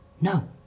No